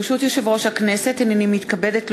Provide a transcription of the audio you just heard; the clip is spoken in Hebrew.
ברשות יושב-ראש הכנסת, הנני מתכבדת להודיעכם,